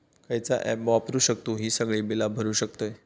खयचा ऍप वापरू शकतू ही सगळी बीला भरु शकतय?